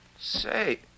Say